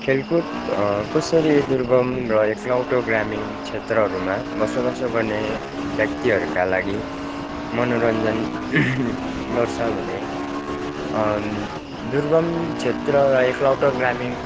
खेलकुद कसरी दुर्गम र एकलौटो ग्रामीण क्षेत्रहरूमा बसोबासो गर्ने व्यक्तिहरूका लागि मनोरञ्जन गर्छ भने दुर्गम क्षेत्र र एकलौटो ग्रामीण